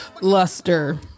Luster